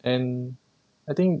and I think